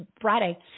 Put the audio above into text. Friday